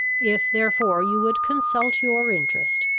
if therefore you would consult your interest,